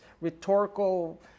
rhetorical